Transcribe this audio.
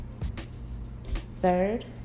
Third